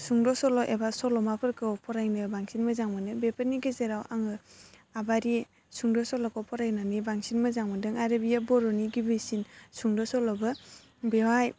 सुंद सल' एबा सल'माफोरखौ फरायनो बांसिन मोजां मोनो बेफोरनि गेजेराव आङो आबारि सुंद' सल'खौ फरायनानै बांसिन मोजां मोनदों आरो बियो बर'नि गिबिसिन सुंद' सल'बो बेयावहाय